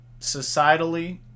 societally